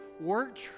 work